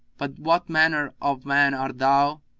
but what manner of man art thou?